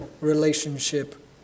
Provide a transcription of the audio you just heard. relationship